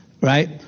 right